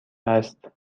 است